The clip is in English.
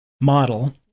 model